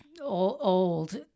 old